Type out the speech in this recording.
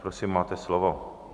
Prosím, máte slovo.